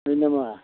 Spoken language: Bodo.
नोंनि नामा